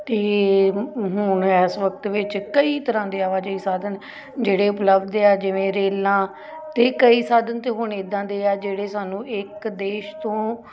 ਅਤੇ ਹੁਣ ਇਸ ਵਕਤ ਵਿੱਚ ਕਈ ਤਰ੍ਹਾਂ ਦੇ ਆਵਾਜਾਈ ਦੇ ਸਾਧਨ ਜਿਹੜੇ ਉਪਲੱਬਧ ਆ ਜਿਵੇਂ ਰੇਲਾਂ ਅਤੇ ਕਈ ਸਾਧਨ ਤਾਂ ਹੁਣ ਇੱਦਾਂ ਦੇ ਆ ਜਿਹੜੇ ਸਾਨੂੰ ਇੱਕ ਦੇਸ਼ ਤੋਂ